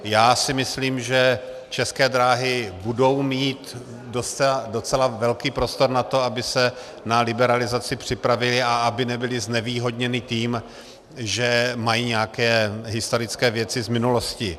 Já si myslím, že České dráhy budou mít docela velký prostor na to, aby se na liberalizaci připravily a aby nebyly znevýhodněny tím, že mají nějaké historické věci z minulosti.